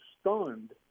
stunned